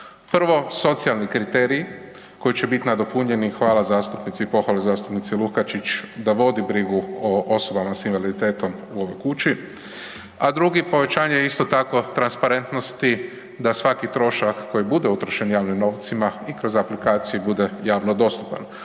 Prvo, socijalni kriterij koji će biti nadopunjeni, hvala zastupnici i pohvale zastupnici Lukačić da vodi brigu o osobama s invaliditetom u ovoj kući, a drugi povećanje isto tako transparentnosti da svaki trošak koji bude utrošen javnim novcima i kroz aplikaciju bude javno dostupan.